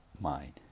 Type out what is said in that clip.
mind